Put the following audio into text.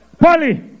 Polly